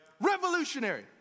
revolutionary